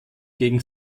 gegen